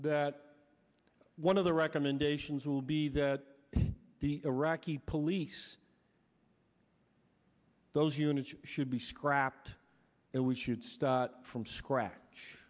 that one of the recommendations will be that the iraqi police those units should be scrapped and we should start from scratch